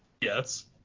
Yes